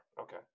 okay